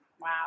Wow